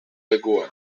lekuan